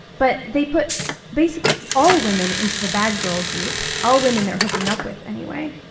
but they put basically all women into the bad girl group, all women they're hooking up with anyway,